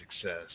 success